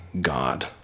God